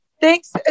Thanks